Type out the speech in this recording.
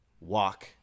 walk